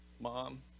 Mom